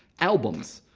albums,